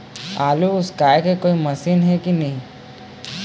आलू उसकाय के कोई मशीन हे कि नी?